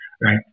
right